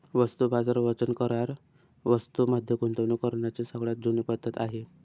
वस्तू बाजार वचन करार वस्तूं मध्ये गुंतवणूक करण्याची सगळ्यात जुनी पद्धत आहे